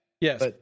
Yes